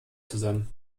zusammen